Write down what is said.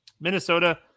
Minnesota